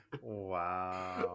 Wow